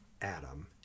Adam